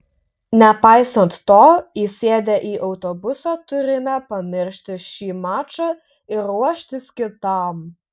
nepaisant to įsėdę į autobusą turime pamiršti šį mačą ir ruoštis kitam